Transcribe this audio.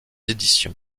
éditions